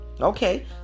Okay